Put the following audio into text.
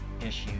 issues